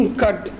cut